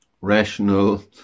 rational